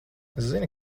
zini